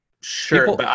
Sure